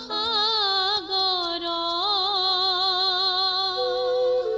o